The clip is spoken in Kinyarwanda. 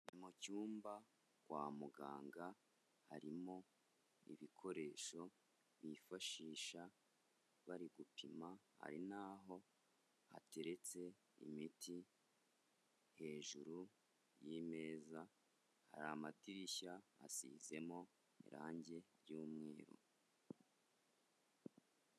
Mu cyumba kwa muganga harimo ibikoresho bifashisha bari gupima, hari n'aho hateretse imiti hejuru y'imeza, hari amadirishya asizemo irange ry'umweru.